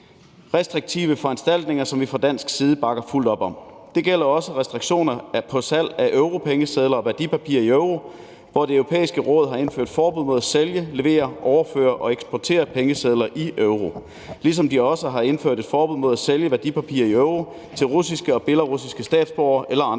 restriktive foranstaltninger, som vi fra dansk side bakker fuldt ud op om. Det gælder også restriktioner på salg af europengesedler og værdipapirer i euro, hvor Det Europæiske Råd har indført forbud mod at sælge, levere, overføre og eksportere pengesedler i euro, ligesom de også har indført forbud mod at sælge værdipapirer i euro til russiske og belarusiske statsborgere eller andre